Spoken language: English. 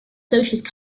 socialist